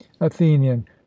athenian